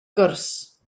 gwrs